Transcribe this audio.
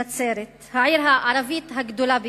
נצרת, העיר הערבית הגדולה ביותר.